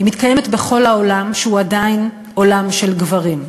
היא מתקיימת בכל העולם, שהוא עדיין עולם של גברים,